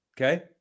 Okay